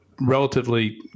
relatively